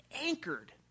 anchored